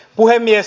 puhemies